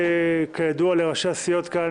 כידוע לראשי הסיעות כאן,